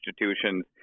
institutions